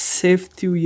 safety